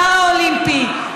הפראלימפיים,